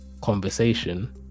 conversation